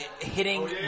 hitting